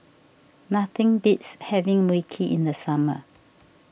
nothing beats having Mui Kee in the summer